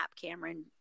Cameron